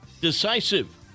decisive